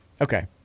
Okay